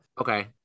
okay